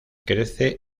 crece